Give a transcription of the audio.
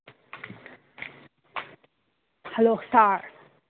hello sir